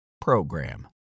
program